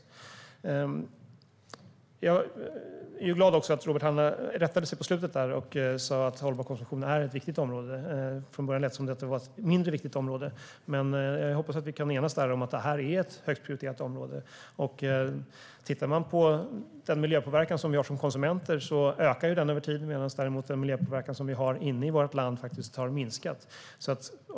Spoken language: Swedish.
Jag är glad över att Robert Hannah rättade sig på slutet och sa att hållbar konsumtion är ett viktigt område. Från början lät det som att det var ett mindre viktigt område. Jag hoppas att vi kan enas om att det är ett högt prioriterat område. Man kan titta på den miljöpåverkan som vi har som konsumenter. Den ökar över tid, medan den miljöpåverkan som vi har inne i vårt land faktiskt har minskat.